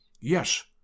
Yes